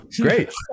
Great